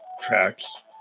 tracks